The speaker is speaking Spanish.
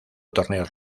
torneos